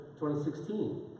2016